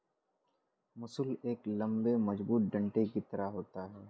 मूसल एक लम्बे मजबूत डंडे की तरह होता है